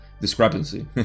discrepancy